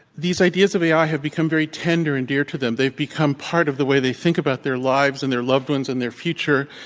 these ideas of ai have become very tender and dear to them. they've become part of the way they think about their lives, and their loved ones, and their future.